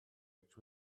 which